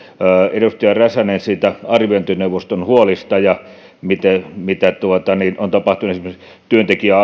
edustaja räsänen puhui arviointineuvoston huolesta siitä mitä on tapahtunut esimerkiksi työntekijän